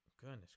goodness